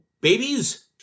babies